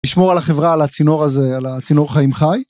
לשמור על החברה על הצינור הזה על הצינור חיים חי.